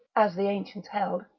as the ancients held,